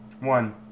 One